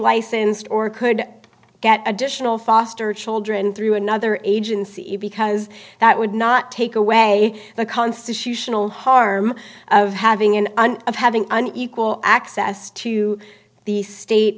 relicensed or could get additional foster children through another agency because that would not take away the constitutional harm of having an and of having an equal access to the state